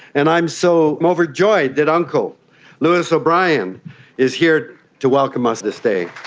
and i'm so overjoyed that uncle lewis o'brien is here to welcome us this day.